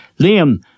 Liam